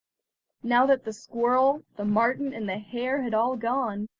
now that the squirrel, the marten, and the hare had all gone,